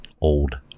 old